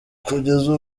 kugeza